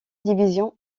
division